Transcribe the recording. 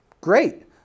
great